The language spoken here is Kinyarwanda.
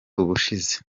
ubushize